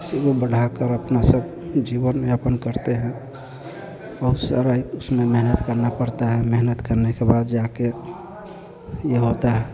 वो बढ़ाकर अपना सब जीवन यापन करते हैं बहुत सारा ही उसमें मेहनत करना पड़ता है मेहनत करने के बाद जा कर ये होता है